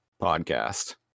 podcast